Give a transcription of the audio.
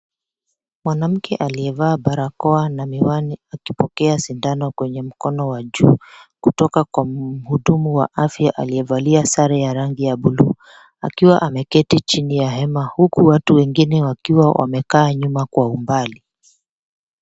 Mwanamke aliyevaa barakoa na miwani akipokea sindano kwenye mkono wa juu kutoka kwa mhudumu wa afya aliyevalia sare ya rangi ya buluu, akiwa ameketi chini ya hema huku watu wengine wakiwa wamekaa nyuma kwa umbali.